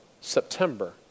September